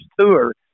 tour